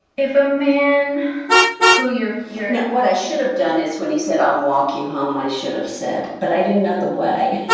if a man who, yeah yeah what i should have done is when he said i'll walk you home, i should have said but i didn't know the way.